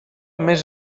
més